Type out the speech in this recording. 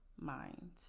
mind